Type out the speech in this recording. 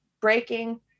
breaking